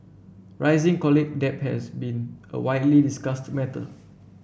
rising college debt has been a widely discussed matter